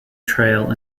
trail